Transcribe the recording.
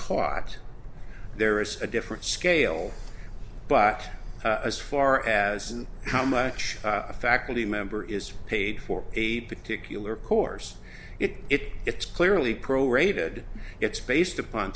taught there is a different scale but as far as how much a faculty member is paid for a particular course it it's clearly pro rated it's based upon